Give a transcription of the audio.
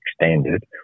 extended